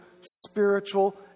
spiritual